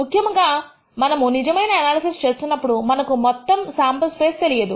ముఖ్యముగా మనము నిజమైన ఎనాలసిస్ చేస్తున్నప్పుడు మనకు మొత్తం శాంపుల్ స్పేస్ తెలియదు